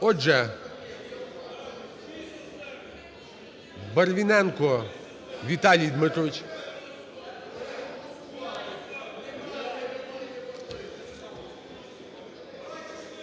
Отже, Барвіненко Віталій Дмитрович.